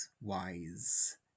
wise